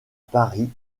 paris